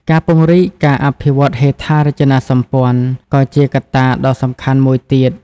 ការពង្រីក ការអភិវឌ្ឍហេដ្ឋារចនាសម្ព័ន្ធ ក៏ជាកត្តាដ៏សំខាន់មួយទៀត។